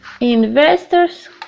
Investors